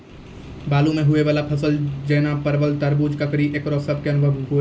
बालू मे होय वाला फसल जैना परबल, तरबूज, ककड़ी ईकरो सब के अनुभव नेय छै?